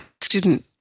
student